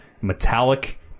metallic